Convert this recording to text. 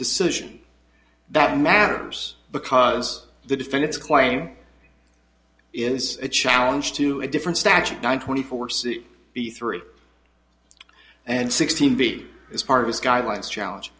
decision that matters because the defendant's claim is a challenge to a different statute nine twenty four c b three and sixteen b it's part of his guidelines challenge